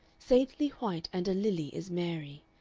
saintly white and a lily is mary,